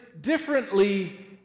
differently